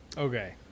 Okay